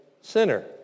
sinner